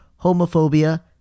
homophobia